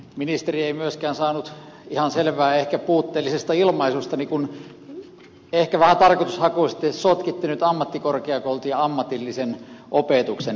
ministeri ei myöskään saanut ihan selvää ehkä puutteellisesta ilmaisustani kun ehkä vähän tarkoitushakuisesti sotkitte nyt ammattikorkeakoulut ja ammatillisen opetuksen